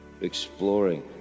exploring